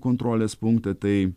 kontrolės punktą tai